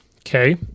Okay